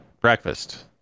breakfast